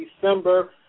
December